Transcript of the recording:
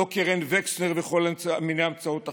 לא קרן וקסנר וכל מיני המצאות אחרות.